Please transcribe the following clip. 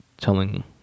telling